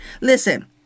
Listen